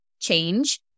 change